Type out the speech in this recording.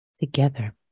together